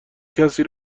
کسی